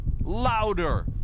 Louder